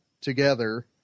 together